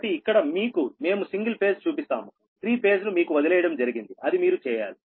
కాబట్టి ఇక్కడ మీకు మేము సింగిల్ ఫేజ్ చూపిస్తాము త్రీ ఫేజ్ ను మీకు వదిలేయడం జరిగింది అది మీరు చేయాలి